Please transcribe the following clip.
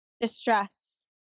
distress